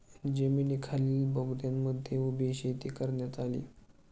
जमिनीखालील बोगद्यांमध्येही उभी शेती करण्यात आली